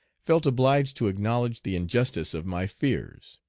felt obliged to acknowledge the injustice of my fears.